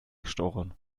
gestochen